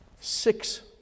Six